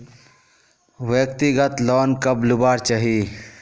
व्यक्तिगत लोन कब लुबार चही?